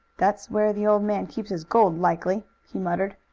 that's where the old man keeps his gold, likely, he muttered.